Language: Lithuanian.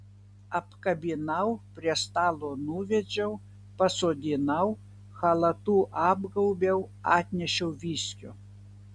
apkabinau prie stalo nuvedžiau pasodinau chalatu apgaubiau atnešiau viskio